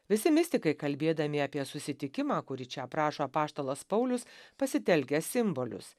visi mistikai kalbėdami apie susitikimą kurį čia aprašo apaštalas paulius pasitelkia simbolius